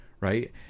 right